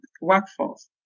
workforce